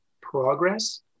progress